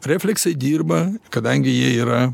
refleksai dirba kadangi jie yra